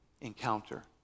encounter